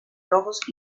rojos